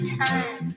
time